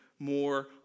more